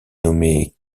nommé